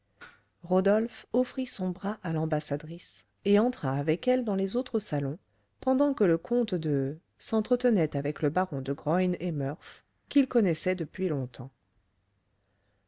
rodolphe offrit son bras à l'ambassadrice et entra avec elle dans les autres salons pendant que le comte de s'entretenait avec le baron de graün et murph qu'il connaissait depuis longtemps